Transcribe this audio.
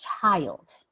child